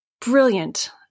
brilliant